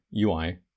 UI